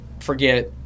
forget